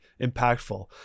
impactful